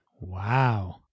Wow